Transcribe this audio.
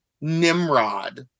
Nimrod